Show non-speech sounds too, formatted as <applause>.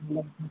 <unintelligible>